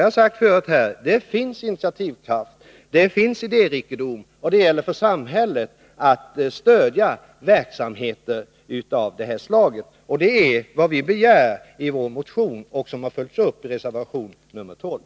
Jag har tidigare sagt att det finns initiativkraft och idérikedom — det gäller för samhället att stödja verksamheter av det slaget. Och det är vad vi begär i vår motion, som har följts upp i reservation 12.